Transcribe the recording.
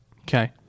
Okay